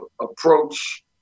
approach